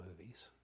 movies